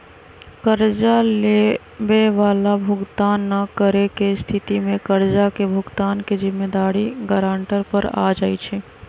कर्जा लेबए बला भुगतान न करेके स्थिति में कर्जा के भुगतान के जिम्मेदारी गरांटर पर आ जाइ छइ